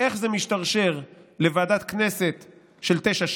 איך זה משתרשר לוועדת כנסת של 6:9?